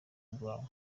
rwawe